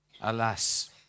Alas